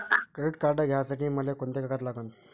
Credit card घ्यासाठी मले कोंते कागद लागन?